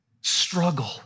struggle